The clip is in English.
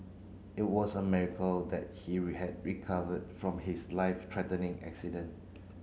it was a miracle that he recovered from his life threatening accident